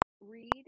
read